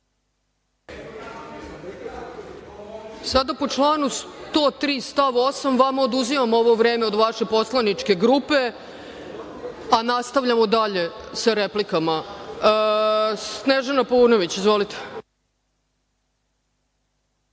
Sada po članu 103. stav 8. vama oduzimam ovo vreme od vaše poslaničke grupe, a nastavljamo dalje sa replikama. Reč ima Snežana Paunović. Izvolite.